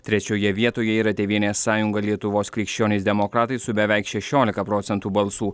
trečioje vietoje yra tėvynės sąjunga lietuvos krikščionys demokratai su beveik šešiolika procentų balsų